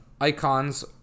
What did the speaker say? icons